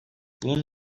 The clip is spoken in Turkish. bunun